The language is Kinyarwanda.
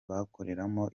bakoreramo